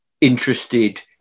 interested